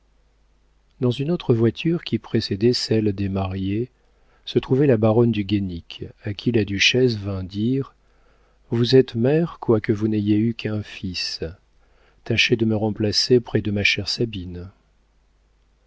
dans une autre voiture qui précédait celle des mariés se trouvait la baronne de guénic à qui la duchesse vint dire vous êtes mère quoique vous n'ayez eu qu'un fils tâchez de me remplacer près de ma chère sabine